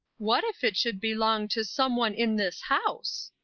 what if it should belong to someone in this house?